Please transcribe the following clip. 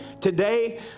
Today